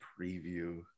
preview